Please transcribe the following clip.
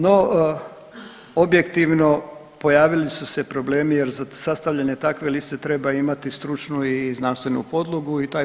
No, objektivno pojavili su se problemi jer za sastavljanje takve liste treba imati stručnu i znanstvenu podlogu i taj traje.